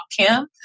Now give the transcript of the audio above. Kim